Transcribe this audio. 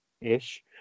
ish